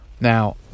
now